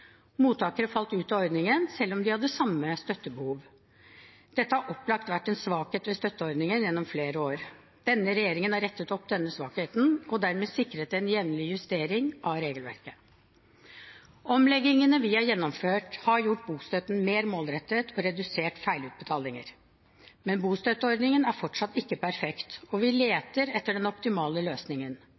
Mottakere falt ut av ordningen, selv om de hadde samme støttebehov. Dette har opplagt vært en svakhet ved støtteordningen gjennom flere år. Denne regjeringen har rettet opp denne svakheten, og dermed sikret en jevnlig justering av regelverket. Omleggingene vi har gjennomført, har gjort bostøtten mer målrettet og redusert feilutbetalinger. Bostøtteordningen er fortsatt ikke perfekt, og vi leter etter den optimale løsningen.